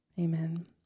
Amen